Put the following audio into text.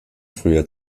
früher